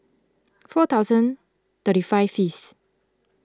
four thousand thirty five fifth